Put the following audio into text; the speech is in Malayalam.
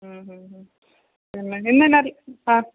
ഹും ഹും ഹും പിന്നെ ഇന്നെന്നാതി ആ